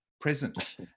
presence